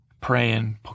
praying